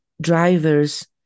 drivers